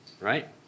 right